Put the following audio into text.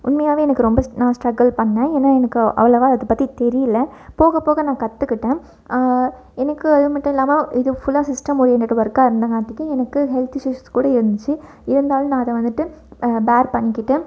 உண்மையாகவே எனக்கு ரொம்ப நான் ஸ்ட்ரகுல் பண்ணிணேன் ஏன்னால் எனக்கு அவ்வளோவா இது பற்றி தெரியலை போக போக நான் கற்றுக்கிட்டேன் எனக்கு அது மட்டும் இல்லாமல் இது ஃபுல்லாக சிஸ்டம் ஓரியண்டட் ஒர்க்காக இருந்தங்காட்டிக்கு எனக்கு ஹெல்த் இஸ்யூ கூட இருந்துச்சு இருந்தாலும் நான் அதை வந்துட்டு பேர் பண்ணிக்கிட்டு